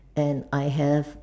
and I have